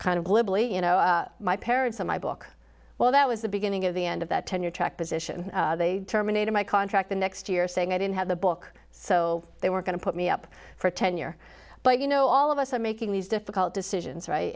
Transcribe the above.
glibly you know my parents in my book well that was the beginning of the end of that tenure track position they terminated my contract the next year saying i didn't have the book so they were going to put me up for tenure but you know all of us are making these difficult decisions right